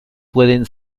pueden